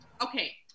Okay